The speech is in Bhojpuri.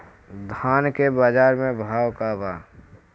धान के बजार में भाव का बा